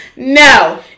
No